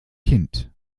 kind